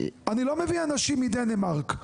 אני לא מביא אנשים מדנמרק.